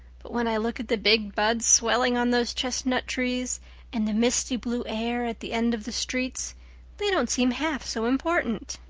but when i look at the big buds swelling on those chestnut trees and the misty blue air at the end of the streets they don't seem half so important.